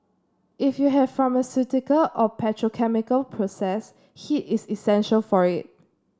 if you have pharmaceutical or petrochemical process heat is essential for it